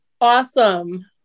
awesome